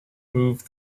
moved